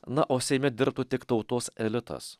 na o seime dirbtų tik tautos elitas